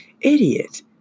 idiot